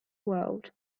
world